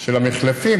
של המחלפים,